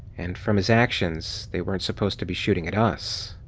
and from his actions, they weren't supposed to be shooting at us.